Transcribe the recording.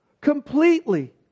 completely